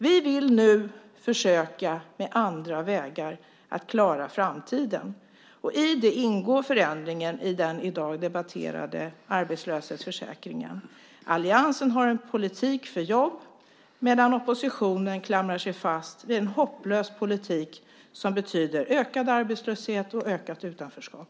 Vi vill nu försöka med andra vägar att klara framtiden. I det ingår förändringen i den i dag debatterade arbetslöshetsförsäkringen. Alliansen har en politik för jobb, medan oppositionen klamrar sig fast vid en hopplös politik som betyder ökad arbetslöshet och ökat utanförskap.